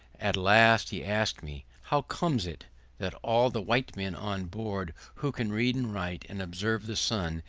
at last he asked me, how comes it that all the white men on board who can read and write, and observe the sun,